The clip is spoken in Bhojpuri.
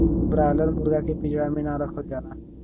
ब्रायलर मुरगा के पिजड़ा में ना रखल जाला